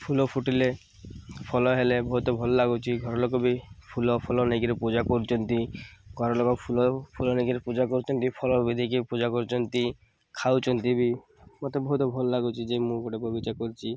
ଫୁଲ ଫୁଟିଲେ ଫଳ ହେଲେ ବହୁତ ଭଲ ଲାଗୁଛି ଘରଲୋକ ବି ଫୁଲ ଫଳ ନେଇକିରି ପୂଜା କରୁଛନ୍ତି ଘରଲୋକ ଫୁଲ ଫଳ ନେଇକିରି ପୂଜା କରୁଛନ୍ତି ଫଲ ବି ଦେଇକି ପୂଜା କରୁଛନ୍ତି ଖାଉଛନ୍ତି ବି ମତେ ବହୁତ ଭଲ ଲାଗୁଛି ଯେ ମୁଁ ଗୋଟେ ବଗିଚା କରିଛି